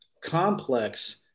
complex